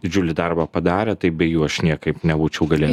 didžiulį darbą padarė tai be jų aš niekaip nebūčiau galėjęs